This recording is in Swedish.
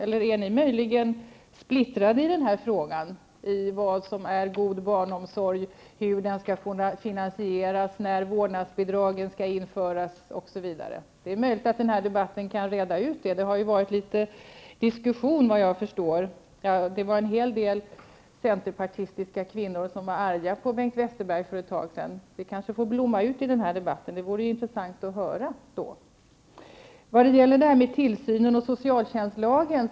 Är ni möjligen splittrade i frågan om vad som är god barnomsorg, hur den skall finansieras, när vårdnadsbidragen skall införas osv.? Det är möjligt att denna debatt kan reda ut dessa frågor. Det har varit en del diskussioner, förstår jag. En hel del centerpartistiska kvinnor var för ett tag sedan arga på Bengt Westerberg. Det kanske får blomma ut i denna debatt, och det vore intressant att få höra. Vidare har vi frågan om tillsynen och socialtjänstlagen.